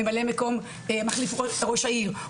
לממלא מקום ראש העיר,